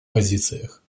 позициях